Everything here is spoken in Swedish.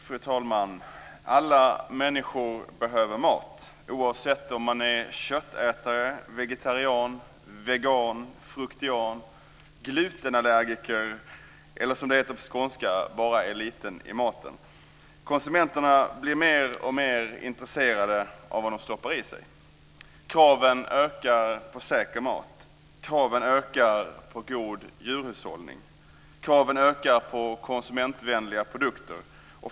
Fru talman! Alla människor behöver mat, oavsett om de är köttätare, vegetarianer, veganer, fruktianer, glutenallergiker eller, som det heter på skånska, bara är små i maten. Konsumenterna blir mer och mer intresserade av vad de stoppar i sig. Kraven ökar på säker mat. Kraven ökar på god djurhållning. Kraven ökar på konsumentvänliga produkter.